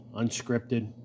unscripted